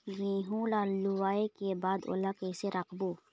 गेहूं ला लुवाऐ के बाद ओला कइसे राखबो?